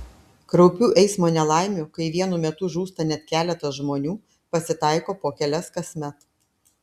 kraupių eismo nelaimių kai vienu metu žūsta net keletas žmonių pasitaiko po kelias kasmet